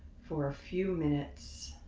for a few minutes.